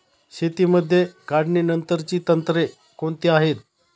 शेतीमध्ये काढणीनंतरची तंत्रे कोणती आहेत?